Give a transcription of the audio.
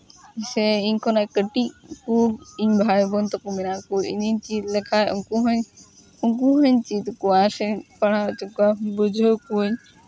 ᱡᱮ ᱤᱧ ᱠᱷᱚᱱᱟᱜ ᱠᱟᱹᱴᱤᱡᱽ ᱠᱩ ᱤᱧ ᱵᱷᱟᱭ ᱵᱳᱱ ᱛᱟᱠᱚ ᱢᱮᱱᱟᱜ ᱠᱚ ᱤᱧᱤᱧ ᱪᱮᱫ ᱞᱮᱠᱷᱟᱡ ᱩᱝᱠᱩ ᱦᱚᱧ ᱩᱝᱠᱩ ᱦᱩᱧ ᱪᱮᱫ ᱟᱠᱚᱣᱟ ᱥᱮ ᱯᱟᱲᱦᱟᱣ ᱦᱚᱪᱚ ᱠᱚᱣᱟ ᱵᱩᱡᱷᱟᱹᱣᱟᱠᱚᱣᱟᱹᱧ